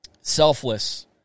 selfless